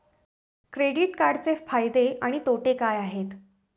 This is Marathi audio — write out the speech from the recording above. क्रेडिट कार्डचे फायदे आणि तोटे काय आहेत?